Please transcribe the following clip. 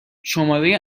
شماره